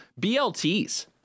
blts